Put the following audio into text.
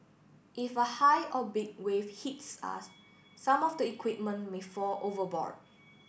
if a high or big wave hits us some of the equipment may fall overboard